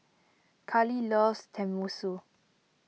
Kali loves Tenmusu